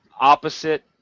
opposite